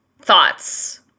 thoughts